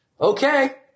okay